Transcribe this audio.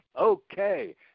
Okay